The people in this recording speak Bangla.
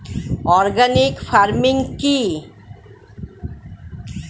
অর্গানিক ফার্মিং কি?